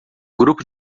grupo